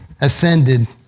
ascended